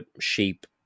sheep